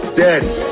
daddy